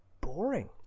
boring